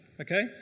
okay